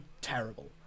terrible